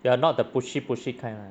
you are not the pushy pushy kind lah